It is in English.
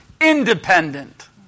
independent